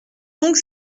donc